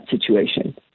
situation